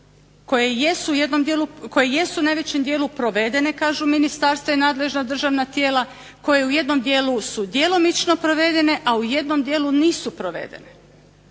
koje jesu u najvećem dijelu provedene kažu ministarstva i nadležna državna tijela, koje u jednom dijelu su djelomično provedene, a u jednom dijelu nisu provedene.